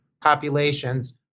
populations